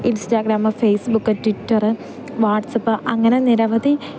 Instagram Facebook ട്വിറ്ററ് WhatsApp അങ്ങനെ നിരവധി